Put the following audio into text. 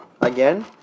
again